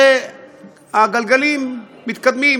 הגלגלים מתקדמים,